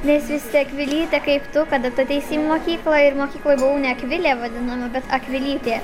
nes visi akvilyte kaip tu kada tu ateisi į mokyklą ir mokykloj buvau ne akvilė vadino nu bet akvilytė